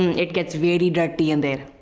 it gets very dirty in there.